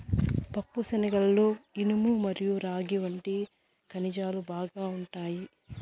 పప్పుశనగలలో ఇనుము మరియు రాగి వంటి ఖనిజాలు బాగా ఉంటాయి